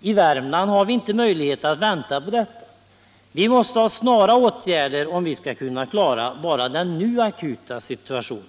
I Värmland har vi inte möjlighet att vänta på detta. Vi måste ha snara åtgärder om vi skall kunna klara bara den nu akuta situationen.